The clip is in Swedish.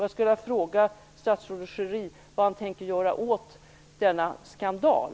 Jag vill fråga statsrådet Schori vad han tänker göra åt denna skandal.